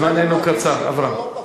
זמננו קצר, אברהם.